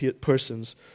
persons